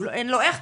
אין לו איך,